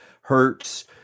hurts